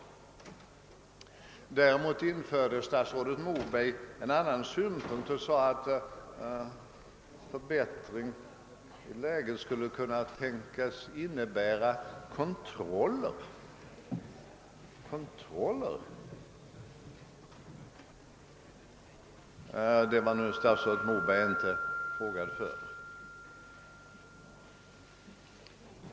Däremot framförde statsrådet Moberg en annan synpunkt och sade att en förbättring av läget skulle kunna tänkas innebära kontroller. Detta var statsrådet Moberg inte hågad för.